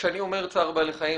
כשאני אומר צער בעלי חיים,